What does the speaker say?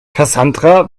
cassandra